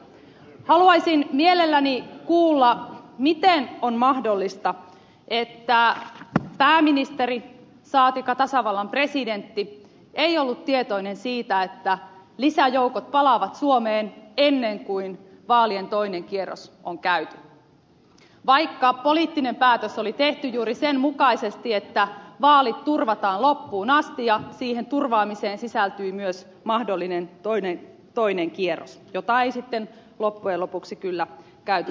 haluaisin mielelläni kuulla miten on mahdollista ettei pääministeri saatikka tasavallan presidentti ollut tietoinen siitä että lisäjoukot palaavat suomeen ennen kuin vaalien toinen kierros on käyty vaikka poliittinen päätös oli tehty juuri sen mukaisesti että vaalit turvataan loppuun asti ja siihen turvaamiseen sisältyi myös mahdollinen toinen kierros jota ei sitten loppujen lopuksi kyllä käyty ollenkaan